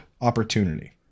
opportunity